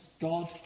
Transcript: God